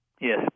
Yes